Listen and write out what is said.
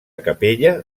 capella